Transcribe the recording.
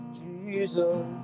Jesus